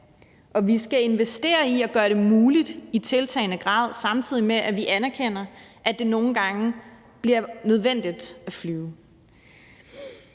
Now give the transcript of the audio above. vi skal investere i at gøre det muligt i tiltagende grad, samtidig med at vi anerkender, at det nogle gange bliver nødvendigt at flyve.